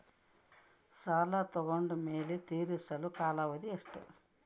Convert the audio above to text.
ಸಾಲ ತಗೊಂಡು ಮೇಲೆ ತೇರಿಸಲು ಕಾಲಾವಧಿ ಎಷ್ಟು?